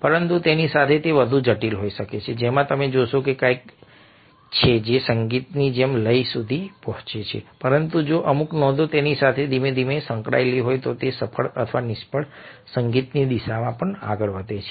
પરંતુ તેની સાથે તે વધુ જટિલ હોઈ શકે છે જેમાં તમે જોશો કે તેમાં કંઈક છે જે સંગીતની જેમ લય સુધી પહોંચે છે પરંતુ જો અમુક નોંધો તેની સાથે ધીમે ધીમે સંકળાયેલી હોય તો તે સફળ અથવા નિષ્ફળ સંગીતની દિશામાં આગળ વધે છે